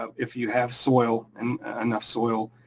um if you have soil, and enough soil,